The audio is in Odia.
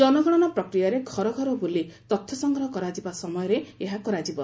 ଜନଗଣନା ପ୍ରକ୍ରିୟାରେ ଘର ଘର ବୁଲି ତଥ୍ୟ ସଂଗ୍ରହ କରାଯିବା ସମୟରେ ଏହା କରାଯିବ